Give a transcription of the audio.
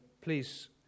please